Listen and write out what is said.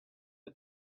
the